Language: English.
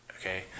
okay